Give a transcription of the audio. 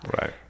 Right